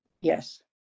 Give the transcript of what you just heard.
Yes